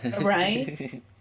Right